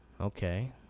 Okay